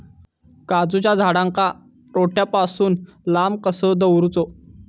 काजूच्या झाडांका रोट्या पासून लांब कसो दवरूचो?